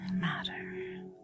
matter